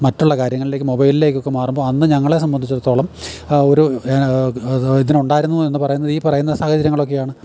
മറ്റുള്ള കാര്യങ്ങളിലേക്ക് മൊബൈലിലേക്കൊക്കെ മാറുമ്പോൾ അന്ന് ഞങ്ങളെ സംബന്ധിച്ചിടത്തോളം ഒരു ഇതിനുണ്ടായിരുന്നു എന്ന് പറയുന്നത് ഈ പറയുന്ന സാഹചര്യങ്ങളൊക്കെയാണ്